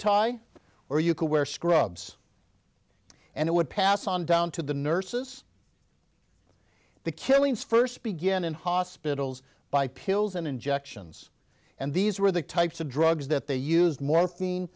tie or you could wear scrubs and it would pass on down to the nurses the killings first begin in hospitals by pills and injections and these were the types of drugs that they used morphine